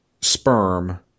sperm